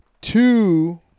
two